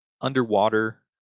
underwater